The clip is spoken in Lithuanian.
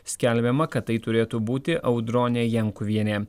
skelbiama kad tai turėtų būti audronė jankuvienė